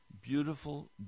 beautiful